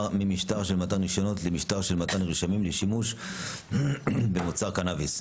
ממשטר של מתן רישיונות למשטר של מתן מרשמים לשימוש במוצר קנביס.